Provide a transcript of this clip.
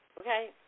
Okay